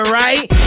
right